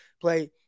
play